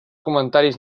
comentaris